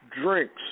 drinks